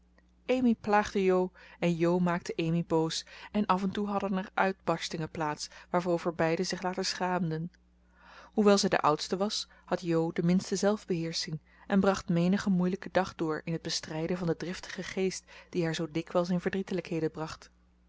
amy plaagde jo en jo maakte amy boos en af en toe hadden er uitbarstingen plaats waarover beiden zich later schaamden hoewel zij de oudste was had jo de minste zelfbeheersching en bracht menigen moeilijken dag door in het bestrijden van den driftigen geest die haar zoo dikwijls in verdrietelijkheden bracht